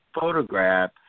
photograph